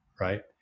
Right